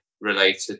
related